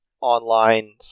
online